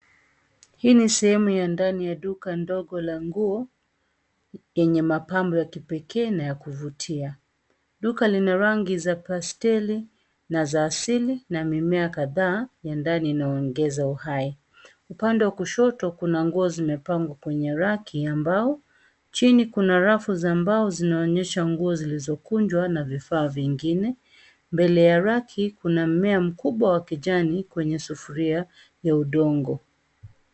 Hii ni sehemu ya ndani ya duka ndogo la nguo yenye mapambo ya kipekee na ya kuvutia. Duka lina rangi za pasteli na za asili na mimea kadhaa ya ndani inayoongeza uhai. Upande wa kushoto, kuna nguo zimepangwa kwenye raki ya mbao. Chini kuna rafu za mbao zinaonyesha nguo zilizokunjwa na vifaa vingine. Mbele ya raki kuna mmea mkubwa wa kijani kwenye sufuria ya udongo.